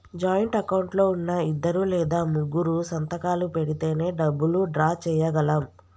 joint account లో ఉన్నా ఇద్దరు లేదా ముగ్గురూ సంతకాలు పెడితేనే డబ్బులు డ్రా చేయగలం